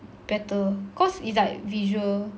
better cause it's like visual